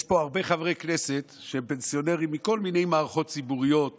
יש פה הרבה חברי כנסת שהם פנסיונרים מכל מיני מערכות ציבוריות